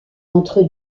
entre